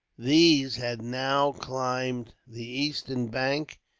these had now climbed the eastern bank,